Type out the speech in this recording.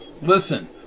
Listen